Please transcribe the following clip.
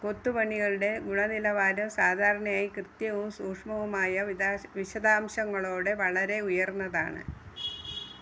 കൊത്തുപണികളുടെ ഗുണനിലവാരം സാധാരണയായി കൃത്യവും സൂഷ്മവുമായ വിദാശ വിശദാംശങ്ങളോടെ വളരെ ഉയർന്നതാണ്